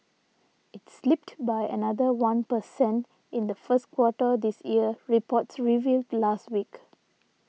it slipped by another one per cent in the first quarter this year reports revealed last week